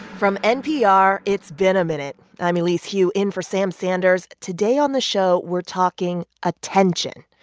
from npr, it's been a minute. i'm elise hu, in for sam sanders. today on the show, we're talking attention.